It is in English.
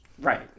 Right